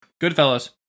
Goodfellas